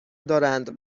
دارند